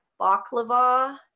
baklava